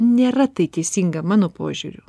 nėra tai teisinga mano požiūriu